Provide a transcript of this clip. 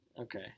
Okay